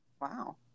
Wow